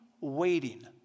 waiting